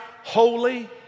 holy